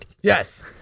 Yes